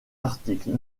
article